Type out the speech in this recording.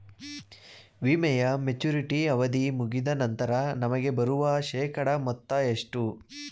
ವಿಮೆಯ ಮೆಚುರಿಟಿ ಅವಧಿ ಮುಗಿದ ನಂತರ ನಮಗೆ ಬರುವ ಶೇಕಡಾ ಮೊತ್ತ ಎಷ್ಟು?